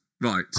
right